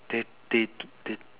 they they they